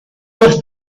dos